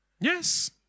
Yes